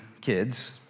kids